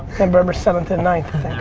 november seventh and ninth